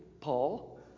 Paul